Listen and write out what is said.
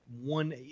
one